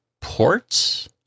ports